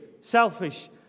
selfish